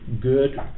good